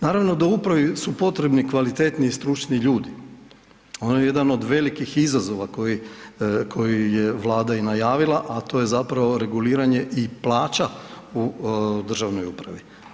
Naravno da upravi su potrebni kvalitetni i stručni ljudi, ona je jedan od velikih izazova koji je Vlada i najavila a to je zapravo reguliranje i plaća u državnoj upravi.